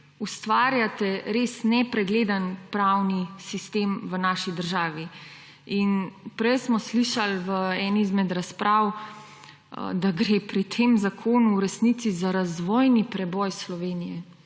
ustvarjate res nepregleden pravni sistem v naši državi. Prej smo slišali v eni izmed razprav, da gre pri tem zakonu v resnici za razvojni preboj Slovenije.